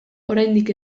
oraindik